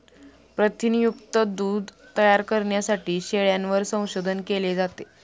प्रथिनयुक्त दूध तयार करण्यासाठी शेळ्यांवर संशोधन केले जाते